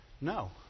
No